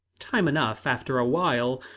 time enough, after a while,